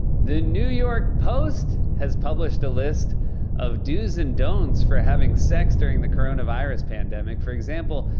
the new york post has published a list of do's and don'ts for having sex during the coronavirus pandemic. for example,